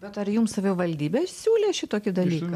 bet ar jums savivaldybė siūlė šitokį dalyką